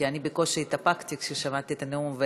כי אני בקושי התאפקתי כששמעתי את הנאום,